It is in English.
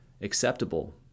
acceptable